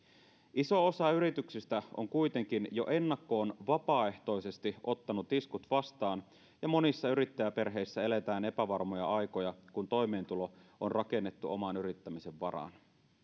iso osa yrityksistä on kuitenkin jo ennakkoon vapaaehtoisesti ottanut iskut vastaan ja monissa yrittäjäperheissä eletään epävarmoja aikoja kun toimeentulo on rakennettu oman yrittämisen varaan